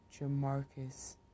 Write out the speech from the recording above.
Jamarcus